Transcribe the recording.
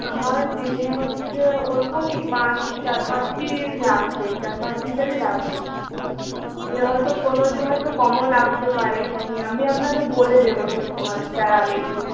আমার দিনে হচ্ছে ওরকমই পাঁচ চার পাঁচই লাগবে চার পাঁচ লিটারই লাগবে এবার হয়তো কোনোদিন হয়তো কমও লাগতে পারে এবারে আমি আপনাকে বলে দেবো সেরকম আর কি তার আগের দিন